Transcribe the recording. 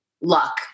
luck